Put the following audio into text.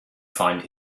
find